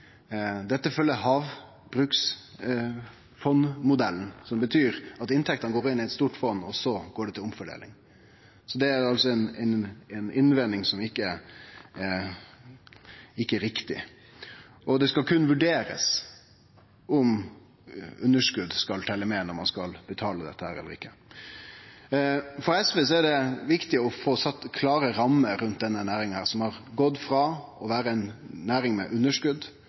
Dette følgjer havbruksfondmodellen, som betyr at inntektene går inn i eit stort fond, og så går dei til fordeling. Det er altså ei innvending som ikkje er riktig. Det skal berre vurderast om underskot skal telje med når ein skal betale dette, eller ikkje. For SV er det viktig å få sett klare rammer rundt denne næringa, som har gått frå å vere ei næring med